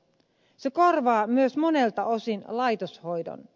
se korvaa myös monelta osin laitoshoidon